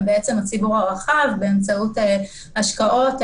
זה למעשה הציבור הרחב באמצעות השקעות,